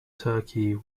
turkey